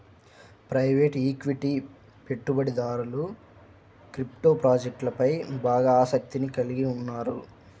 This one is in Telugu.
ప్రైవేట్ ఈక్విటీ పెట్టుబడిదారులు క్రిప్టో ప్రాజెక్ట్లపై బాగా ఆసక్తిని కలిగి ఉన్నారు